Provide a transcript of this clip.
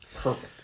perfect